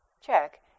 check